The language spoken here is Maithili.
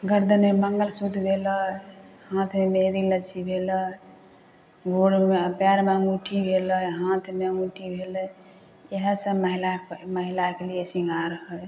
गर्दन मे मंगलसूत्र भेलै हाथमे मेहदीलच्छी भेलै गोरमे पएरमे अँगूठी भेलै हाथमे अँगूठी भेलै इएह सब महिला महिलाके लिए शृंगार हइ